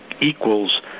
equals